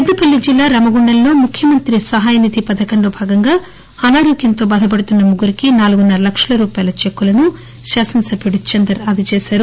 పెద్దపల్లి జిల్లా రామగుండంలో ముఖ్యమంతి సహాయ నిధి పథకంలో భాగంగా అనారోగ్యంతో బాధపడుతున్న ముగ్గరికి నాలుగున్నర లక్షల రూపాయల చెక్కులను శాసనసభ్యుడు చందర్ అందజేశారు